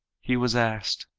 he was asked,